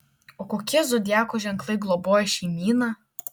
o kokie zodiako ženklai globoja šeimyną